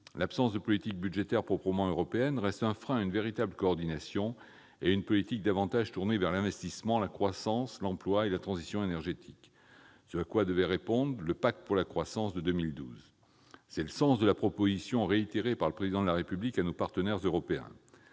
L'absence de politique budgétaire proprement européenne reste un frein à une véritable coordination et à une politique plus tournée vers l'investissement, la croissance, l'emploi et la transition énergétique, ce à quoi devait répondre le Pacte pour la croissance de 2012. C'est le sens de la proposition réitérée par le Président de la République à nos partenaires européens.